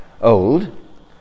old